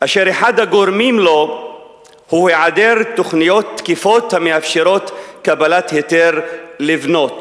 אשר אחד הגורמים לו הוא היעדר תוכניות תקפות המאפשרות קבלת היתר לבנות".